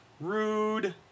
rude